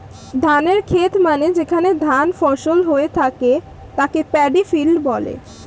ধানের খেত মানে যেখানে ধান ফসল হয়ে তাকে প্যাডি ফিল্ড বলে